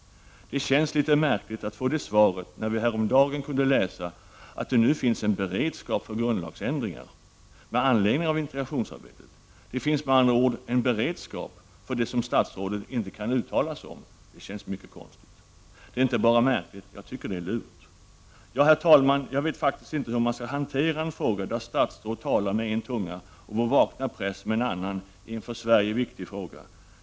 Det känns litet märkligt att få det svaret, när vi häromdagen kunde läsa att det nu finns en beredskap för grundlagsändringar med anledning av integrationsarbetet. Det finns med andra ord en beredskap för det som statsrådet inte kan uttala sig om. Det känns litet konstigt. Det är inte bara märkligt, jag tycker det är lurt. Ja, herr talman, jag vet faktiskt inte hur man skall hantera en fråga när statsråd talar med en tunga och vår vakna press med en annan i en för Sverige viktig fråga.